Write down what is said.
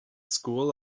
school